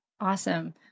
Awesome